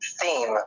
theme